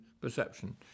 perception